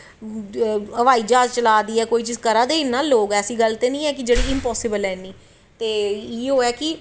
हवाई ज्हाज चलादी ऐ कोई चीज़ ते करा दे गै ना लोग ऐसी गल्ल नी ऐ ऐ कि इंपासिबल ऐ इन्नी ते इयो ऐ कि